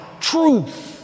truth